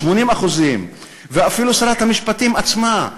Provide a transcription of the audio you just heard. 80%; ואפילו שרת המשפטים עצמה,